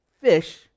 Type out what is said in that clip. fish